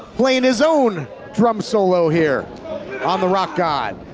playing his own drum solo here on the rock god.